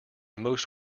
most